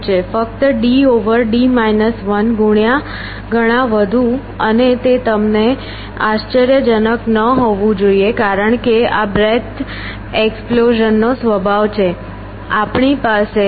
ફક્ત d over d 1 ગણા વધુ અને તે તમને આશ્ચર્યજનક ન હોવું જોઈએ કારણ કે આ બ્રેડ્થ એક્સપ્લોઝન નો સ્વભાવ છે